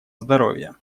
здоровья